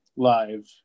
Live